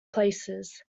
places